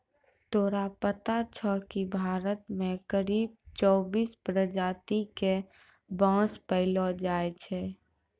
तोरा पता छौं कि भारत मॅ करीब चौबीस प्रजाति के बांस पैलो जाय छै